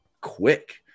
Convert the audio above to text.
quick